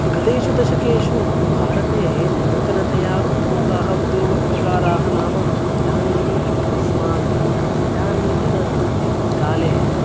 गतेषु दशकेषु भारते नूतनतया उद्भूताः उद्योगप्रकाराः नाम इदानीम् अस्माकम् इदानीन्तनकाले